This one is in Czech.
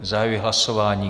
Zahajuji hlasování.